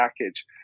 package